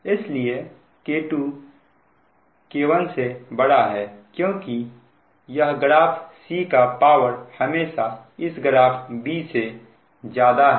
इसलिए K2 K1 है क्योंकि यह ग्राफ C का पावर हमेशा इस ग्राफ B से ज्यादा है